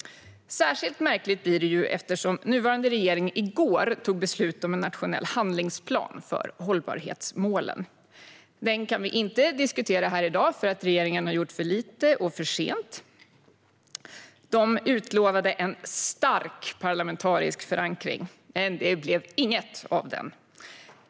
Särskilt märkligt blir det eftersom nuvarande regering i går fattade beslut om en nationell handlingsplan för hållbarhetsmålen. Den kan vi inte diskutera här i dag eftersom regeringen har gjort för lite och för sent. De utlovade en stark parlamentarisk förankring, men det blev inget av den.